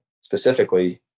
specifically